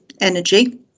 energy